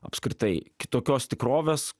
apskritai kitokios tikrovės